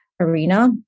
arena